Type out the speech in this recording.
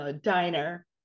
diner